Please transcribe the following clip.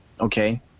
Okay